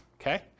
Okay